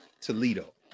Toledo